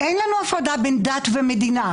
אין לנו הפרדה בין דת ומדינה.